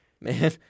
Man